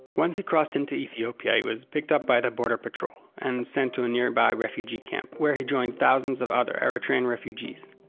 once he crossed into ethiopia, he was picked up by the border patrol, and sent to a nearby refugee camp, where he joined thousands of other eritreans refugees.